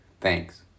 Thanks